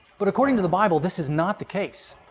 but according to the bible this is not the case.